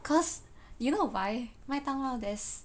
cause you know why 麦当劳 there's